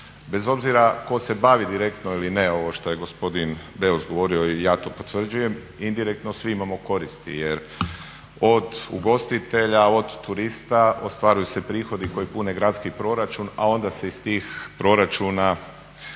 Bez obzira tko se bavi direktno ili ne ovo što je gospodin Beus govorio i ja to potvrđujem, indirektno svi imamo koristi jer od ugostitelja, od turista ostvaruju se prihodi koji pune gradski proračun, a onda se iz tih proračuna